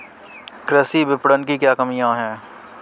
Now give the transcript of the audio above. कृषि विपणन की क्या कमियाँ हैं?